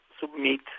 submit